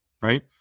right